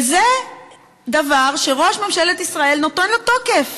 וזה דבר שראש ממשלת ישראל נותן לו תוקף.